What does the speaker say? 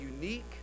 unique